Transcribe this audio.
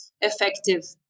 effective